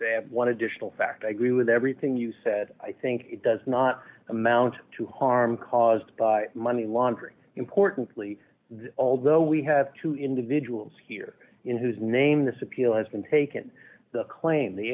one additional fact i agree with everything you said i think it does not amount to harm caused by money laundering importantly although we have two individuals here whose name this appeal has been taken the claim the